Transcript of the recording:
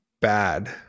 bad